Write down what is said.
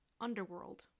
Underworld